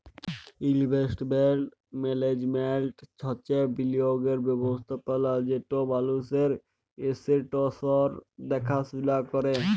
investment management হছে বিলিয়গের ব্যবস্থাপলা যেট মালুসের এসেট্সের দ্যাখাশুলা ক্যরে